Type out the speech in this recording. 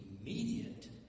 immediate